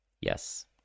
Yes